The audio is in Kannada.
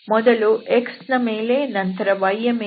ಮೊದಲು x ನ ಮೇಲೆ ನಂತರ yಹಾಗೂ z ಮೇಲೆ